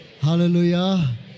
Hallelujah